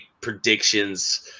predictions